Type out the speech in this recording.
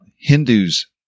Hindus